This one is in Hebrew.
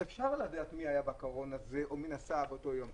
אפשר לדעת מי היה בקרון הזה או מי נסע באותו יום,